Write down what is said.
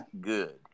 good